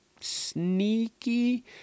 sneaky